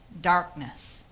Darkness